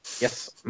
Yes